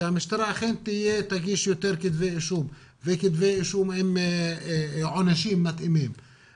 שהמשטרה אכן תגיש יותר כתבי אישום וכתבי אישום עם עונשים מתאימים,